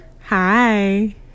hi